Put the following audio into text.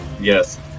Yes